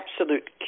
absolute